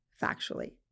factually